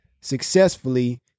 successfully